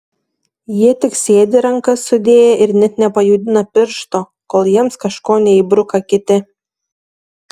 jie tik sėdi rankas sudėję ir net nepajudina piršto kol jiems kažko neįbruka kiti